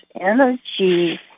energy